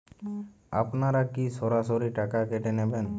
আপনারা কি সরাসরি টাকা কেটে নেবেন?